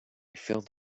felt